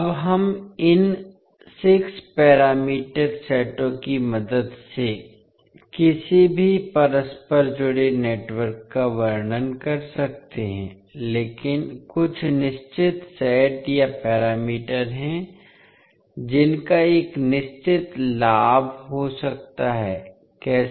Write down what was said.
अब हम इन 6 पैरामीटर सेटों की मदद से किसी भी परस्पर जुड़े नेटवर्क का वर्णन कर सकते हैं लेकिन कुछ निश्चित सेट या पैरामीटर हैं जिनका एक निश्चित लाभ हो सकता है कैसे